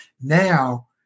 Now